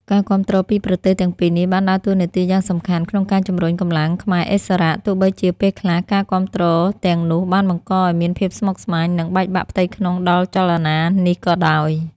ការគាំទ្រពីប្រទេសទាំងពីរនេះបានដើរតួនាទីយ៉ាងសំខាន់ក្នុងការជំរុញកម្លាំងខ្មែរឥស្សរៈ ទោះបីជាពេលខ្លះការគាំទ្រទាំងនោះបានបង្កឱ្យមានភាពស្មុគស្មាញ និងបែកបាក់ផ្ទៃក្នុងដល់ចលនានេះក៏ដោយ។